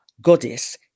goddess